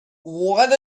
what